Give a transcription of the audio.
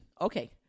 Okay